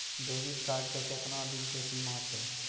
Debit card के केतना दिन के सीमा छै?